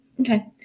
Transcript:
Okay